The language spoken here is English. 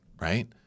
right